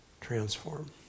transform